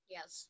Yes